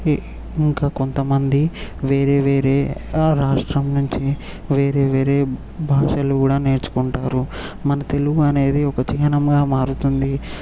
ఇంకా కొంతమంది వేరే వేరే రాష్ట్రం నుంచి వేరే వేరే భాషలు కూడా నేర్చుకుంటారు మన తెలుగు అనేది ఒక చిహ్నంగా మారుతుంది